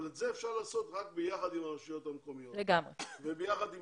אבל את זה אפשר לעשות רק ביחד עם הרשויות המקומיות וביחד עם